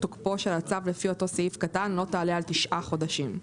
תוקפו של הצו לפי אותו סעיף קטן לא תעלה על תשעה חודשים.